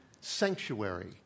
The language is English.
sanctuary